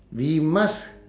we must